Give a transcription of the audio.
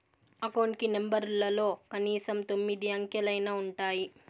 account కి నెంబర్లలో కనీసం తొమ్మిది అంకెలైనా ఉంటాయి